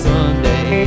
Sunday